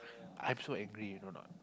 I'm so angry you know a not